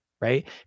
right